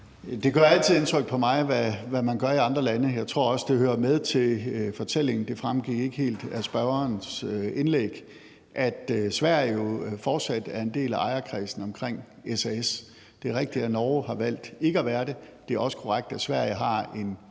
Det gør altid indtryk på mig, hvad man gør i andre lande. Jeg tror også, det hører med til fortællingen – og det fremgik ikke helt af spørgerens indlæg – at Sverige jo fortsat er en del af ejerkredsen omkring SAS. Det er rigtigt, at Norge har valgt ikke at være det; det er også korrekt, at Sverige har en